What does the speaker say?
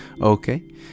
okay